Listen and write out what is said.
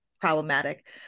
problematic